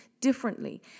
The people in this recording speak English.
differently